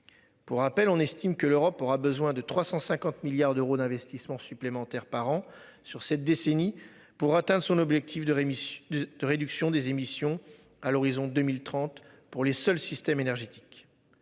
Pour rappel, on estime que l'Europe aura besoin de 350 milliards d'euros d'investissements supplémentaires par an sur cette décennie pour atteindre son objectif de rémission de de réduction des émissions à l'horizon 2030 pour les seuls systèmes énergétiques.